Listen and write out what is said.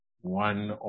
one